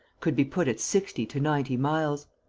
could be put at sixty to ninety miles.